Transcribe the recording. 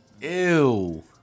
Ew